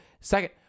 Second